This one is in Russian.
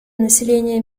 населения